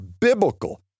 biblical